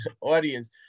audience